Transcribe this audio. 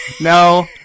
No